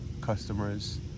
customers